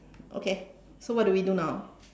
okay so what do we do now